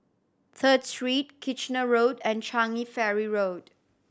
Third Street Kitchener Road and Changi Ferry Road